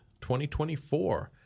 2024